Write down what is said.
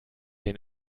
den